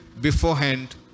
beforehand